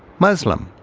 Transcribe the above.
muslim,